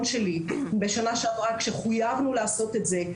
שלי בשנה שעברה כשחויבנו לעשות את זה,